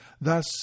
Thus